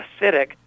acidic